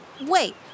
wait